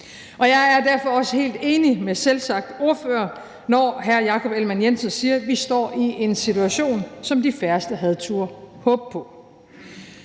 Jeg er derfor også helt enig med selv samme ordfører, når hr. Jakob Ellemann-Jensen siger, at vi står i en situation, som de færreste havde turdet håbe på.